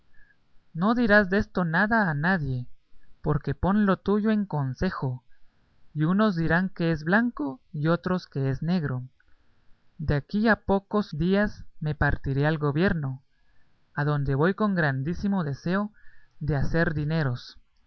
no dirás desto nada a nadie porque pon lo tuyo en concejo y unos dirán que es blanco y otros que es negro de aquí a pocos días me partiré al gobierno adonde voy con grandísimo deseo de hacer dineros